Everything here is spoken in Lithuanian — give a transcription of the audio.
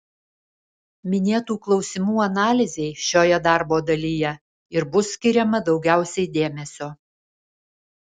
minėtų klausimų analizei šioje darbo dalyje ir bus skiriama daugiausiai dėmesio